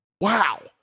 Wow